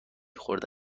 خورده